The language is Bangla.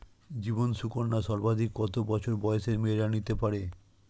জীবন সুকন্যা সর্বাধিক কত বছর বয়সের মেয়েরা নিতে পারে?